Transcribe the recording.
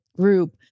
group